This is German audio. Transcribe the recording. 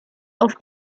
auf